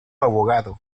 abogado